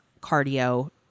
cardio